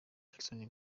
jackson